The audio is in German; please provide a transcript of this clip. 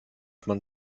man